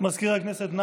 מזכיר הכנסת,